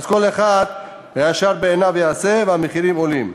כל אחד הישר בעיניו יעשה והמחירים עולים.